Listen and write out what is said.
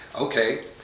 Okay